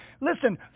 Listen